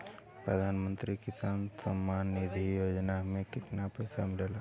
प्रधान मंत्री किसान सम्मान निधि योजना में कितना पैसा मिलेला?